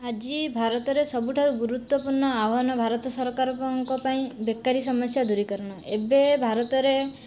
ଆଜି ଭାରତରେ ସବୁ ଠାରୁ ଗୁରୁତ୍ତ୍ୱପୂର୍ଣ୍ଣ ଆହ୍ୱାନ ଭାରତ ସରକାରଙ୍କ ପାଇଁ ବେକାରୀ ସମସ୍ୟା ଦୂରୀକରଣ ଏବେ ଭାରତରେ